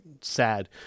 sad